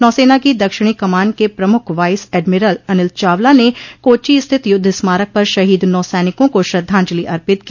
नौसेना की दक्षिणी कमान के प्रमुख वाइस एडमिरल अनिल चावला ने कोच्चि स्थित युद्ध स्मारक पर शहीद नौसैनिकों को श्रद्धांजलि अर्पित की